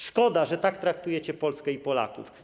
Szkoda, że tak traktujecie Polskę i Polaków.